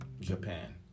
Japan